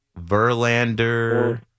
Verlander